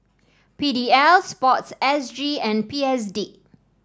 P D L sports S G and P S D